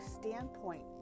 standpoint